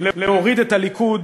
להוריד את הליכוד,